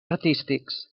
artístics